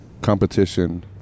competition